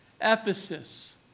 Ephesus